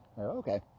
Okay